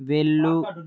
వెళ్ళు